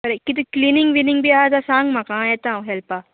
बरें किदें क्लिनींग विनिंग बी आहा आतां सांग म्हाका येता हांव हेल्पाक